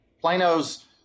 Plano's